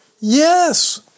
Yes